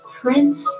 prince